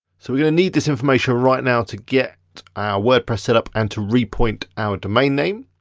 so we're gonna need this information right now to get our wordpress set up and to repoint our domain name.